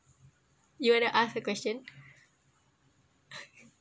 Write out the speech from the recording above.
you want to ask the question